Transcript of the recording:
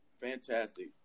fantastic